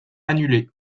annulée